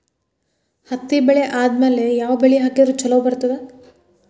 ಹತ್ತಿ ಬೆಳೆ ಆದ್ಮೇಲ ಯಾವ ಬೆಳಿ ಹಾಕಿದ್ರ ಛಲೋ ಬರುತ್ತದೆ?